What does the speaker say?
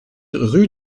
rue